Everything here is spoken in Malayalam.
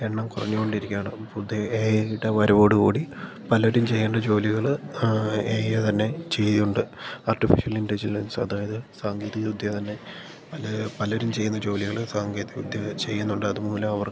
എണ്ണം കുറഞ്ഞ് കൊണ്ടിരിക്കുകയാണ് പുതിയ എ ഐയുടെ വരവോടു കൂടി പലരും ചെയ്യേണ്ട ജോലികൾ ആ എ ഐ തന്നെ ചെയ്യുന്നുണ്ട് ആർട്ടിഫിഷ്യൽ ഇൻ്റലിജൻസ് അതായത് സാങ്കേതിക വിദ്യ തന്നെ പല പലരും ചെയ്യുന്ന ജോലികൾ സാങ്കേതിക വിദ്യ ചെയ്യുന്നുണ്ട് അത് മൂലം അവർക്ക്